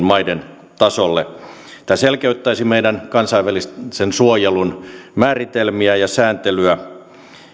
maiden tasolle tämä selkeyttäisi meidän kansainvälisen suojelun määritelmiä ja sääntelyä